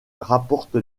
rapporte